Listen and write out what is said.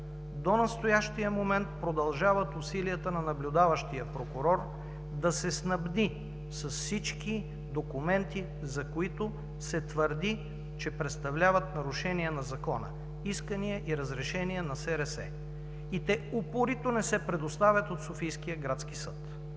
До настоящия момент продължават усилията на наблюдаващия прокурор да се снабди с всички документи, за които се твърди, че представляват нарушение на закона, искания и разрешения на СРС, и те упорито не се предоставят от Софийския градски съд.